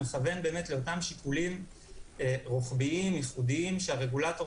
מכוון לאותם שיקולים רוחביים ייחודיים שהרגולטור